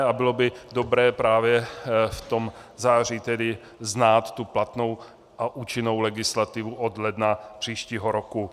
A bylo by dobré právě v tom září znát platnou a účinnou legislativu od ledna příštího roku.